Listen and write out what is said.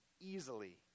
easily